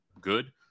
good